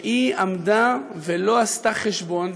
שהיא עמדה ולא עשתה חשבון,